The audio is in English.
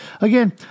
again